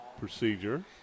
procedure